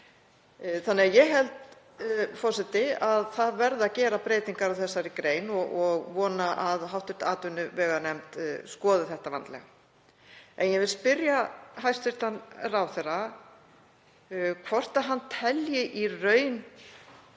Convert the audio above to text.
Þannig að ég held, forseti, að það verði að gera breytingar á þessari grein og vona að hv. atvinnuveganefnd skoði það vandlega. En ég vil spyrja hæstv. ráðherra hvort hann telji í raun